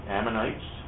Ammonites